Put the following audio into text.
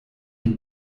ihm